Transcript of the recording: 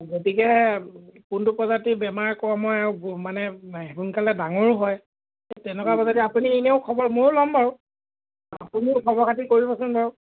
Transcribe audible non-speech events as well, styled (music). গতিকে কোনটো প্ৰজাতি বেমাৰে কম হয় আৰু (unintelligible) মানে সেই সোনকালে ডাঙৰো হয় তেনেকুৱা প্ৰজাতি আপুনি এনেও খবৰ ময়ো ল'ম বাৰু আপুনিও খবৰ খাতি কৰিবচোন বাৰু